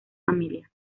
familia